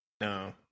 No